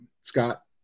Scott